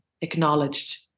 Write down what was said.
acknowledged